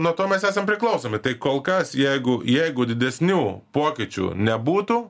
nuo to mes esam priklausomi tai kol kas jeigu jeigu didesnių pokyčių nebūtų